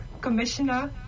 Commissioner